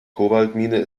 kobaltmine